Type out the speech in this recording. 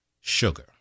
Sugar